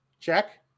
Check